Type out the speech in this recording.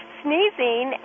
sneezing